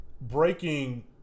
breaking